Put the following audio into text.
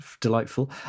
Delightful